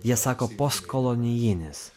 jie sako postkolonijinis